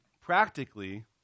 practically